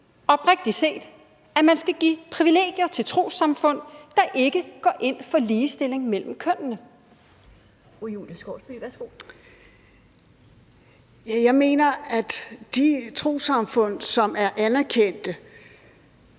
oprigtigt, at man skal give privilegier til trossamfund, der ikke går ind for ligestilling mellem kønnene? Kl. 12:47 Den fg. formand (Annette